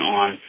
on